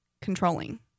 controlling